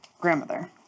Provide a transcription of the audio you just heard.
grandmother